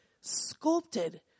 sculpted